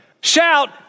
Shout